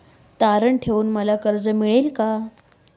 तारण ठेवून मला कर्ज मिळेल का?